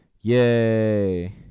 Yay